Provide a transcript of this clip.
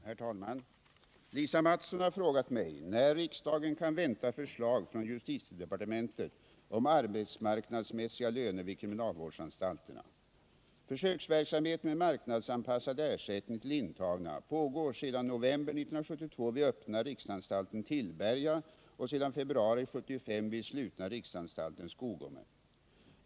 Herr talman! Lisa Mattson har frågat mig när riksdagen kan vänta förslag från justitiedepartementet om arbetsmarknadsmässiga löner vid kriminalvårdsanstalterna. Försöksverksamhet med marknadsanpassad ersättning till intagna pågår sedan november 1972 vid den öppna riksanstalten Tillberga och sedan februari 1975 vid den slutna riksanstalten Skogome.